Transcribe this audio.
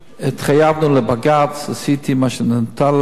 התחייבנו לבג"ץ, עשיתי מה שמוטל עלי.